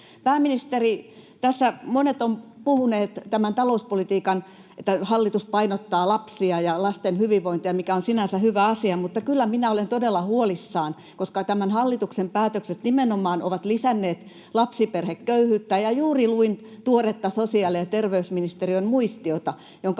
Pääministeri, tässä monet ovat puhuneet, että tässä talouspolitiikassa hallitus painottaa lapsia ja lasten hyvinvointia, mikä on sinänsä hyvä asia, mutta kyllä minä olen todella huolissani, koska tämän hallituksen päätökset nimenomaan ovat lisänneet lapsiperheköyhyyttä. Juuri luin tuoretta sosiaali- ja terveysministeriön muistiota, jonka